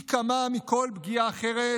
פי כמה מכל פגיעה אחרת,